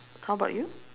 how about you